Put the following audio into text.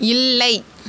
இல்லை